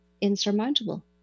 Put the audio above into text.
insurmountable